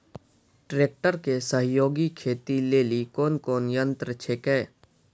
Tractor के सहयोगी खेती लेली कोन कोन यंत्र छेकै?